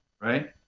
right